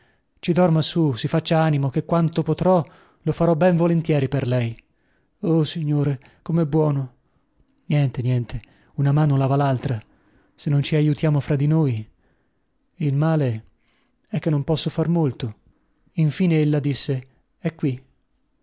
ci dorma su si faccia animo chè quanto potrò lo farò ben volentieri per lei oh signore comè buono niente niente una mano lava laltra se non ci aiutiamo fra di noi il male è che non posso far molto infine ella disse è qui